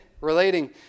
relating